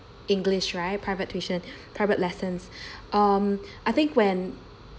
english right private tuition private lessons um I think when